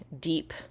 deep